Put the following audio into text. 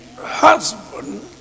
husband